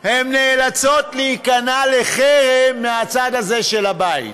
הן נאלצות להיכנע לחרם מהצד הזה של הבית.